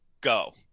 Go